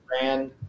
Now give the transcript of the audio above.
ran